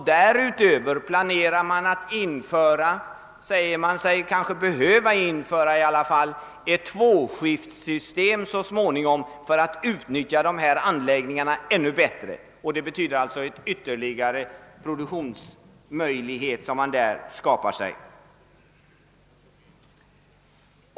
Därutöver planerar eller säger man sig i varje fall kanske så småningom behöva införa ett tvåskiftssystem för att utnyttja anläggningarna ännu bättre, och det betyder att man skapar ytterligare produktionsmöjligheter.